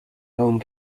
home